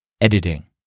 editing